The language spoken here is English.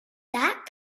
that